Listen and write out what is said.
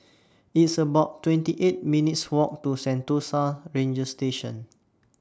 It's about twenty eight minutes' Walk to Sentosa Ranger Station